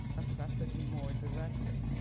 assess it more directly.